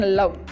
love